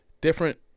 different